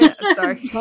Sorry